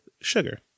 sugar